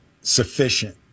sufficient